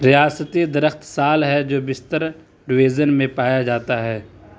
ریاستی درخت سال ہے جو بستر ڈویژن میں پایا جاتا ہے